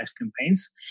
campaigns